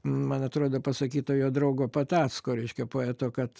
man atrodo pasakyta jo draugo patacko reiškia poeto kad